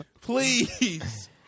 please